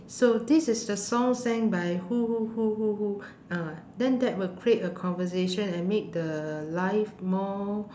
so this is the song sang by who who who who who uh then that will create a conversation and make the life more